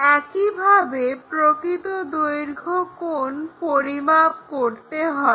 একইভাবে প্রকৃত দৈর্ঘ্য কোণ পরিমাপ করতে হবে